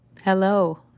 Hello